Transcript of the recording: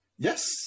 Yes